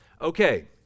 Okay